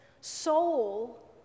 soul